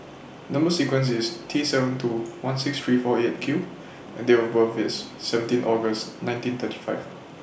Number sequence IS T seven two one six three four eight Q and Date of birth IS seventeen August nineteen thirty five